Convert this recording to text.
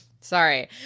Sorry